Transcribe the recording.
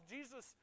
Jesus